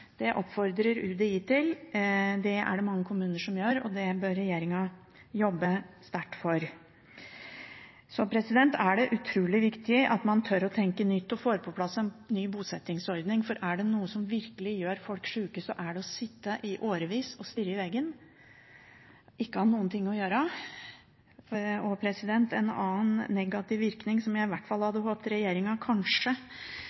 Det oppfordrer UDI til, det er det mange kommuner som gjør, og det bør regjeringen jobbe sterkt for. Det er utrolig viktig at man tør å tenke nytt og får på plass en ny bosettingsordning, for er det noe som virkelig gjør folk sjuke, er det å sitte og stirre i veggen i årevis uten å ha noe å gjøre. En annen negativ virkning som jeg i hvert fall hadde